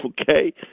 okay